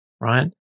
right